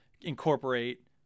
incorporate